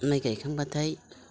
माइ गायखांबाथाइ